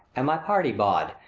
and my party-bawd,